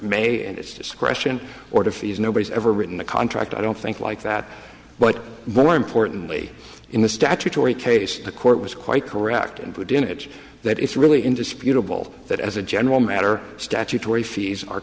may and its discretion order fees nobody's ever written a contract i don't think like that but more importantly in the statutory case the court was quite correct and within it that it's really indisputable that as a general matter statutory fees are